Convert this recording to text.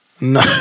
No